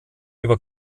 über